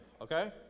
okay